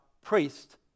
priest